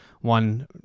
one